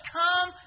come